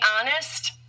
honest